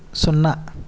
సున్నా